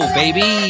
baby